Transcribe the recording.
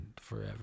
forever